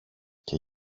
και